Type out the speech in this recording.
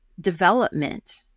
development